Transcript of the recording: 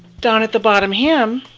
down at the bottom hem,